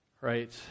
Right